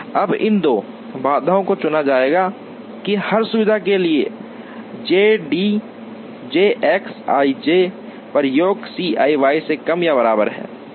अब इन दो बाधाओं को चुना जाएगा कि हर सुविधा के लिए j D j X ij पर योग C i Y से कम या बराबर है